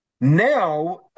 Now